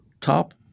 top